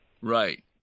Right